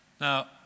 Now